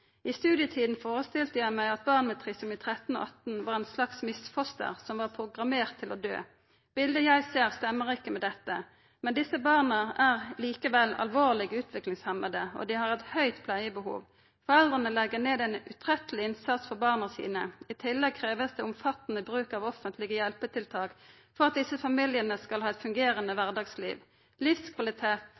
I studietiden forestilte jeg meg at barn med trisomi 13 og 18 var en slags misfoster som var programmert til å dø. Bildet jeg ser, stemmer ikke med dette. Men disse barna er likevel alvorlig utviklingshemmede, og de har et høyt pleiebehov. Foreldrene legger ned en utrettelig innsats for barna sine, i tillegg kreves det omfattende bruk av offentlige hjelpetiltak for at disse familiene skal ha et fungerende hverdagsliv. Livskvalitet